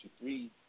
three